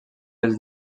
els